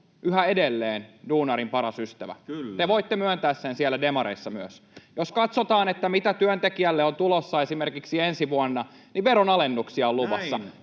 yhä edelleen duunarin paras ystävä. Te voitte myöntää sen siellä demareissa myös. Jos katsotaan, mitä työntekijälle on tulossa esimerkiksi ensi vuonna, niin veronalennuksia on luvassa.